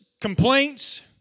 complaints